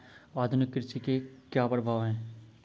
आधुनिक कृषि के क्या प्रभाव हैं?